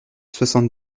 soixante